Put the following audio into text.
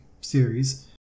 series